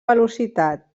velocitat